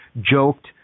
joked